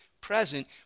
present